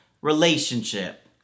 relationship